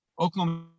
Oklahoma